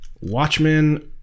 Watchmen